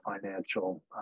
financial